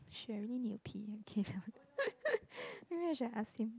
!shit! I really need to pee okay maybe I should ask him